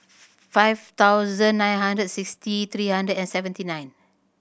five thousand nine hundred sixty three hundred and seventy nine